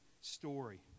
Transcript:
story